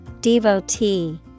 Devotee